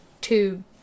two